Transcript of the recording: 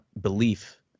belief